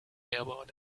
about